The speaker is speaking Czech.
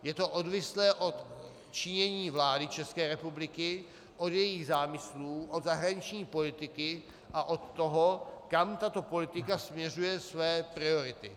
Je to odvislé od činění vlády České republiky, od jejích zámyslů, od zahraniční politiky a od toho, kam tato politika směřuje své priority.